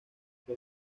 los